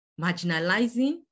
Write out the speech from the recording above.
marginalizing